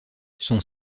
son